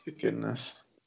Goodness